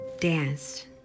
danced